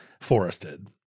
forested